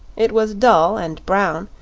it was dull and brown,